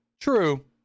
True